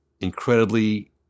incredibly